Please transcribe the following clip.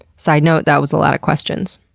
side note that was a lot of questions.